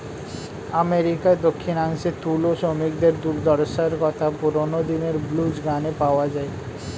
আমেরিকার দক্ষিণাংশে তুলো শ্রমিকদের দুর্দশার কথা পুরোনো দিনের ব্লুজ গানে পাওয়া যায়